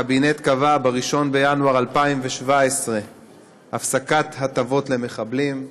הקבינט קבע ב-1 בינואר 2017 הפסקת הטבות למחבלים.